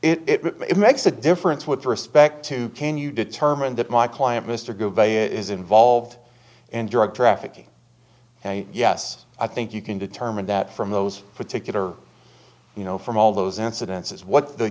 yeah it makes a difference with respect to can you determine that my client mr gouveia is involved and drug trafficking yes i think you can determine that from those particular you know from all those incidences what the